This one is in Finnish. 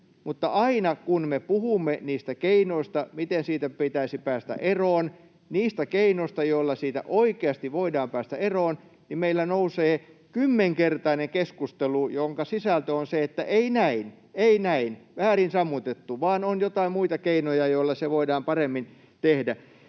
Mutta aina kun me puhumme niistä keinoista, miten siitä pitäisi päästä eroon, niistä keinoista, joilla siitä oikeasti voidaan päästä eroon, niin meillä nousee kymmenkertainen keskustelu, jonka sisältö on se, että ei näin, ei näin, väärin sammutettu ja on joitain muita keinoja, joilla se voidaan paremmin tehdä.